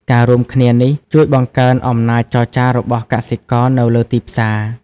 ការរួមគ្នានេះជួយបង្កើនអំណាចចរចារបស់កសិករនៅលើទីផ្សារ។